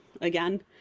again